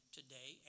today